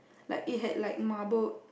like it had like marbled